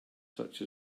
such